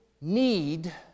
need